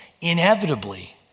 inevitably